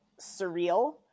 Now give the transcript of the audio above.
surreal